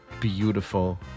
beautiful